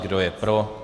Kdo je pro?